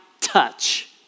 touch